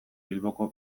bilboko